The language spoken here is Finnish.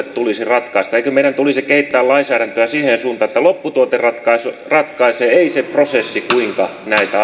tulisi ratkaista eikö meidän tulisi kehittää lainsäädäntöä siihen suuntaan että lopputuote ratkaisee ei se prosessi kuinka näitä